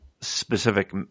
specific